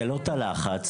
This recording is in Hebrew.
זה לא תא לחץ,